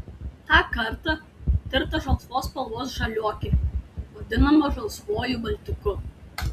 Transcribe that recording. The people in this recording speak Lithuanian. tą kartą tirta žalsvos spalvos žaliuokė vadinama žalsvuoju baltiku